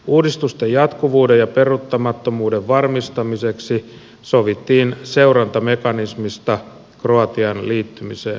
uudistusten jatkuvuuden ja peruuttamattomuuden varmistamiseksi sovittiin seurantamekanismista kroatian liittymiseen saakka